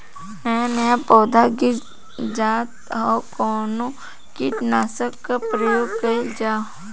नया नया पौधा गिर जात हव कवने कीट नाशक क प्रयोग कइल जाव?